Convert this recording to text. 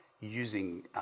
using